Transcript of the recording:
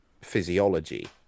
physiology